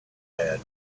had